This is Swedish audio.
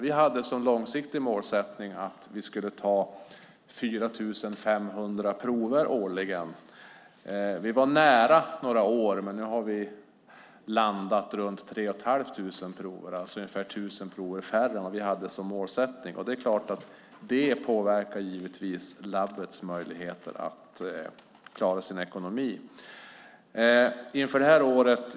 Vi hade som långsiktig målsättning att ta 4 500 prov per år. Vi var nära några år, men nu har vi landat runt 3 500 prov, alltså ungefär 1 000 prov färre än vi hade som målsättning. Det påverkar naturligtvis labbets möjligheter att klara sin ekonomi.